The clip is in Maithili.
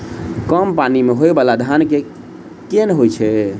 कम पानि मे होइ बाला धान केँ होइ छैय?